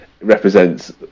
represents